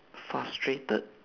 frustrated